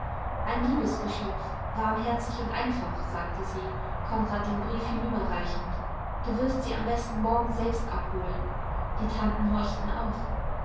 ein liebes geschöpf warmherzig und einfach sagte sie konrad den brief hinüberreichend du wirst sie am besten morgen selbst abholen die tanten horchten auf